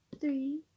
three